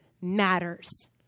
matters